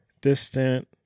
distant